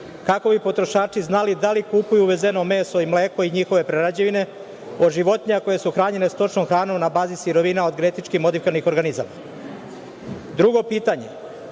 kako bi potrošači znali da li kupuju uvezeno meso i mleko i njihove prerađevine od životinja koje su hranjene stočnom hranom na bazi sirovina od genetički modifikovanih organizama? Drugo pitanje,